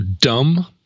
dumb